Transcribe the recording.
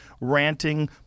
ranting